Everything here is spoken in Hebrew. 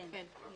כן.